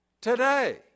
today